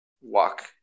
Walk